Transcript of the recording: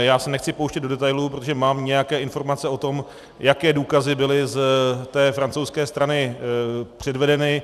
Já se nechci pouštět do detailů, protože mám nějaké informace o tom, jaké důkazy byly z té francouzské strany předvedeny.